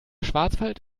schwarzwald